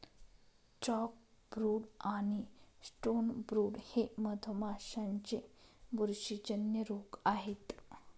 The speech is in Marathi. चॉकब्रूड आणि स्टोनब्रूड हे मधमाशांचे बुरशीजन्य रोग आहेत